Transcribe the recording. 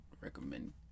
recommend